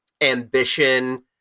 ambition